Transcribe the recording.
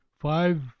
five